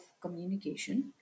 communication